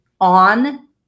on